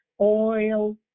oil